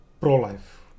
pro-life